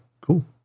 cool